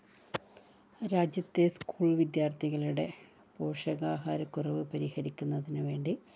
രാജ്യത്തെ സ്കൂൾ വിദ്യാർത്ഥികളുടെ പോഷകാഹാരക്കുറവ് പരിഹരിയ്ക്കുന്നതിനു വേണ്ടി